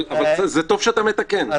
אבל טוב שאתה מתקן.